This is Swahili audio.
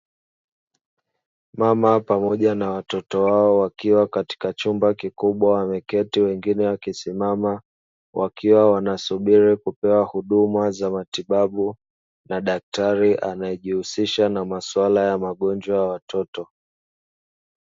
Mama pamoja na watoto wao wakiwa katika chumba kikubwa ameketi wengine wakisimama wakiwa wanasubiri kupewa huduma za matibabu na daktari anayejihusisha na masuala ya magonjwa ya watoto